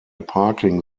parking